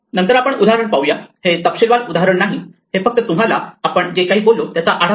तर आपण हे उदाहरण पाहूया हे तपशीलवार उदाहरण नाही हे फक्त तुम्हाला आपण जे काही बोललो त्याचा आढावा देते